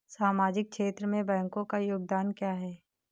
सामाजिक क्षेत्र में बैंकों का योगदान क्या है?